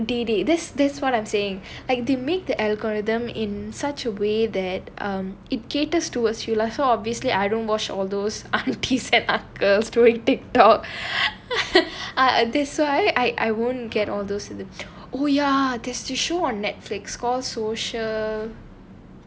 he did it this this what I'm saying like they make the algorithm in such a way that um it caters towards you lah so obviously I don't watch all those aunties and uncles during TikTok I have this I I won't get all those that we are this to show on Netflix call social